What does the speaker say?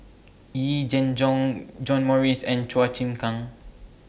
Yee Jenn Jong John Morrice and Chua Chim Kang